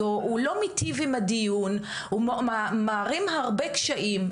הזום אינו מיטיב עם הדיון, הוא מערים הרבה קשיים.